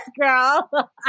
girl